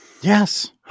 Yes